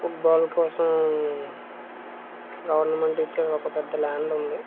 football కోసం government ఇచ్చిన ఒక పెద్ద ల్యాండ్ ఉంది